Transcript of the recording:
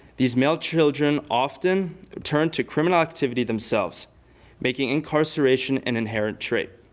these male children often return to criminal activity themselves making incarceration an inherited trait.